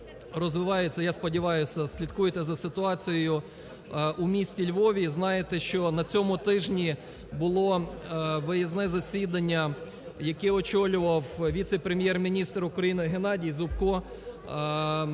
розвивається… я сподіваюся, слідкуєте за ситуацією у місті Львові і знаєте, що на цьому тижні було виїзне засідання, яке очолював віце-прем’єр-міністр України Геннадій Зубко.